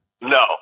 No